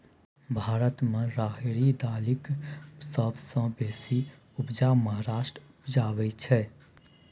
भारत मे राहरि दालिक सबसँ बेसी उपजा महाराष्ट्र उपजाबै छै